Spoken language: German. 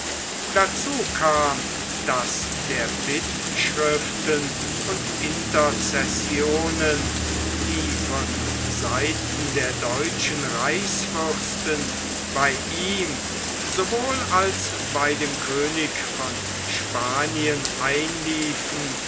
dazu kam daß der bittschriften und intercessionen die von seiten der deutschen reichsfürsten bei ihm sowohl als bei dem könig in spanien einliefen